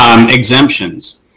exemptions